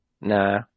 Nah